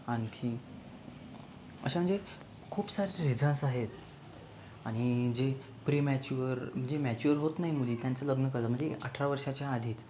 आणखी अशा म्हणजे खूप सारे रीझन्स आहेत आणि जे प्रीमॅचुअर जे मॅच्युअर होत नाहीत मुली त्यांचं लग्न करतात म्हणजे अठरा वर्षाच्या आधीच